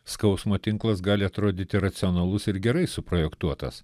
skausmo tinklas gali atrodyti racionalus ir gerai suprojektuotas